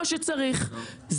לא.